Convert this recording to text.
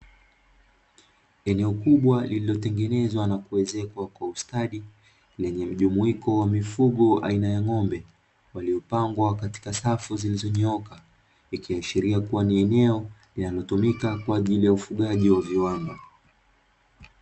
Eneo kubwa lililotengenezwa na kuezekwa kwa ustadi, lenye mjumuiko wa mifugo aina ya ng'ombe, waliopangwa katika safu zilizonyooka, ikiashiria kuwa ni eneo linalotumika kwa ajili ya ufugaji wa viwanda.